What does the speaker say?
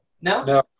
No